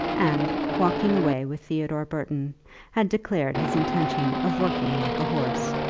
and walking away with theodore burton had declared his intention of working like a horse.